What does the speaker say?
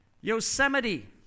Yosemite